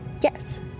Yes